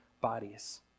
bodies